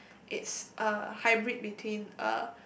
it's a hybrid between a